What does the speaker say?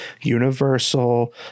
Universal